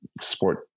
sport